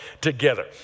together